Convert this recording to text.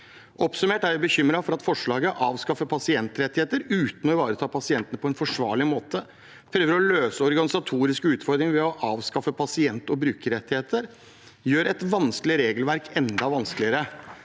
Oppsummert er vi bekymret for at forslaget: – avskaffer pasientrettigheter uten å ivareta pasientene på en forsvarlig måte – prøver å løse organisatoriske utfordringer ved å avskaffe pasient- og brukerrettigheter – gjør et vanskelig regelverk enda vanskeligere.»